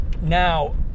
now